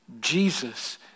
Jesus